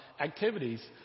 activities